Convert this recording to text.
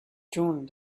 june